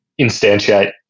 instantiate